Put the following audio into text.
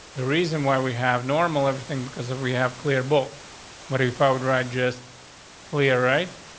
the reason why we have normal everything. because if we have clear both but if i would write just clear right?